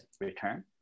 return